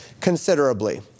considerably